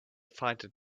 fighter